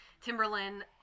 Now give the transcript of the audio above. Timberland